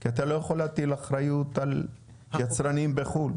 כי אתה לא יכול להטיל אחריות על יצרנים בחו"ל.